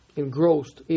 engrossed